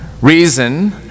reason